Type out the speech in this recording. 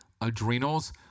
adrenals